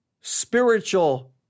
spiritual